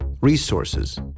resources